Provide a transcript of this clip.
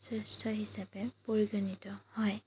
শ্ৰেষ্ঠ হিচাপে পৰিগণিত হয়